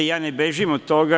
Ja ne bežim od toga.